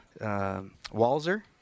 Walzer